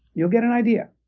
you'll get an idea.